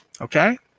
Okay